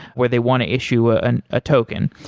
where they want to issue ah and a token,